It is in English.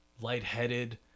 lightheaded